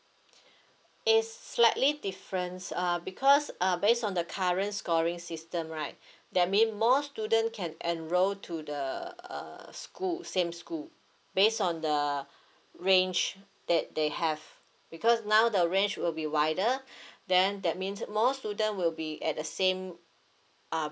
it's slightly difference uh because uh based on the current scoring system right that mean more student can enroll to the uh school same school based on the range that they have because now the range will be wider then that means more student will be at the same uh